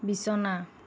বিছনা